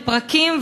לפרקים,